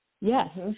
Yes